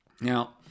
Now